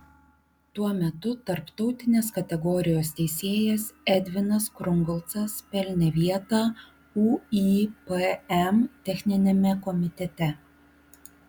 tuo metu tarptautinės kategorijos teisėjas edvinas krungolcas pelnė vietą uipm techniniame komitete